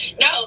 No